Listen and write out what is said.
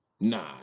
Nah